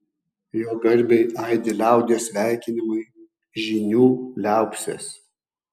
jo garbei aidi liaudies sveikinimai žynių liaupsės